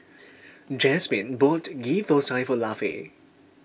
Jazmine bought Ghee Thosai for Lafe